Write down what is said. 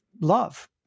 love